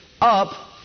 up